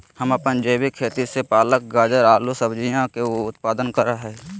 हम अपन जैविक खेती से पालक, गाजर, आलू सजियों के उत्पादन करा हियई